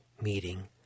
meeting